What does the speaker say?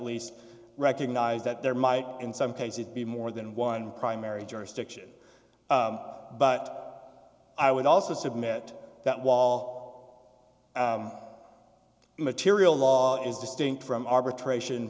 least recognize that there might in some cases be more than one primary jurisdiction but i would also submit that wall up material law is distinct from arbitration